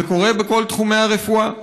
זה קורה בכל תחומי הרפואה.